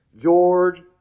George